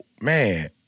man